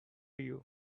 you